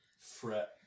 fret